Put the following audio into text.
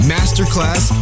Masterclass